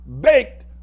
baked